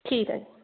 ਠੀਕ ਹੈ ਜੀ